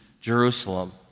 Jerusalem